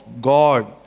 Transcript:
God